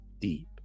deep